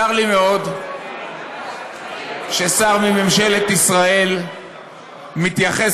צר לי מאוד ששר בממשלת ישראל מתייחס